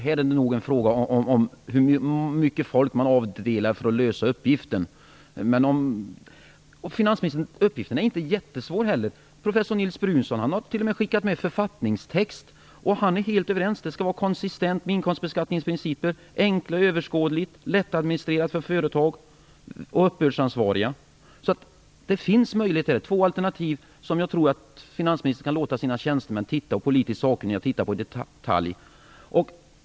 Det här är nog en fråga om hur mycket folk man avdelar för att lösa uppgiften. Uppgiften är heller inte jättesvår. Professor Nils Brunsson har t.o.m. skickat med författningstext. Han menar att detta skall vara konsekvent med inkomstbeskattningsprinciper, enkelt och överskådligt, lättadministrerat för företag och uppbördsansvariga. Så det finns möjligheter, två alternativ som jag tror att finansministern kan låta sina tjänstemän och politiskt sakkunniga titta på i detalj.